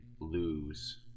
lose